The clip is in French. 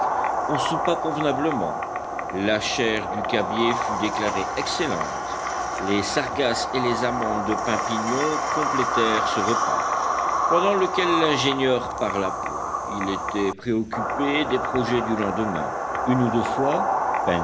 on soupa convenablement la chair du cabiai fut déclarée excellente les sargasses et les amandes de pin pignon complétèrent ce repas pendant lequel l'ingénieur parla peu il était préoccupé des projets du lendemain une ou deux fois